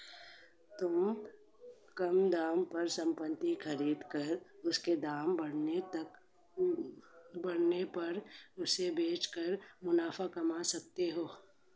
तुम कम दाम पर संपत्ति खरीद कर उसके दाम बढ़ने पर उसको बेच कर मुनाफा कमा सकते हो